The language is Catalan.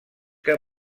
que